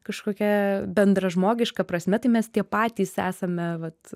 kažkokia bendražmogiška prasme tai mes tie patys esame vat